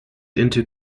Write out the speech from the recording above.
into